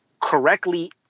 correctly